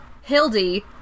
Hildy